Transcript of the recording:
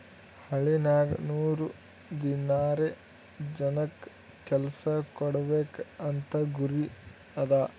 ಹಳ್ಳಿನಾಗ್ ನೂರ್ ದಿನಾರೆ ಜನಕ್ ಕೆಲ್ಸಾ ಕೊಡ್ಬೇಕ್ ಅಂತ ಗುರಿ ಅದಾ